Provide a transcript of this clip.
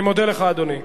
אני מודה לך, אדוני.